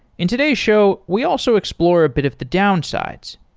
in today's show, we also explore a bit of the downsides.